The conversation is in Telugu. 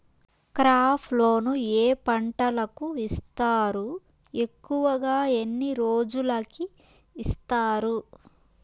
క్రాప్ లోను ఏ పంటలకు ఇస్తారు ఎక్కువగా ఎన్ని రోజులకి ఇస్తారు